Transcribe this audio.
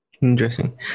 Interesting